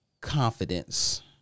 confidence